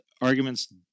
arguments